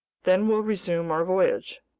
then we'll resume our voyage.